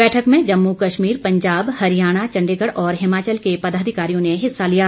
बैठक में जम्मू कश्मीर पंजाब हरियाणा चण्डीगढ़ और हिमाचल के पदाधिकारियों ने हिस्सा लिया